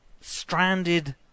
stranded